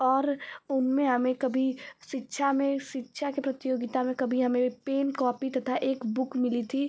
और उम्मे हमें कभी शिक्षा में शिक्षा के प्रतियोगिता मे कभी हमें पेन कॉपी तथा एक बुक मिली थी